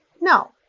No